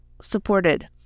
supported